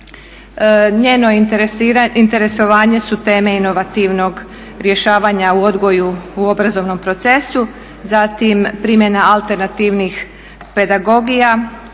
Njeno interesovanje su teme inovativnog rješavanja u odgoju obrazovnom procesu, zatim primjena alternativnih pedagogija,